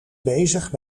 bezig